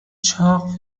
چاق